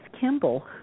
Kimball